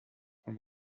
von